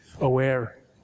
aware